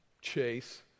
Chase